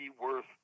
worth